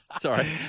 Sorry